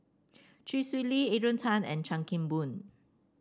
Chee Swee Lee Adrian Tan and Chan Kim Boon